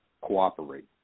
cooperate